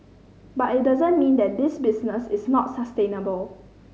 but it doesn't mean that this business is not sustainable